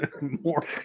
more